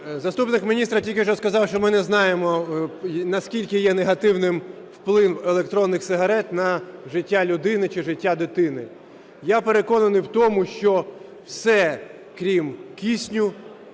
заступник міністра тільки що сказав, що ми не знаємо, наскільки є негативним вплив електронних сигарет на життя людини чи життя дитини. Я переконаний в тому, що все крім кисню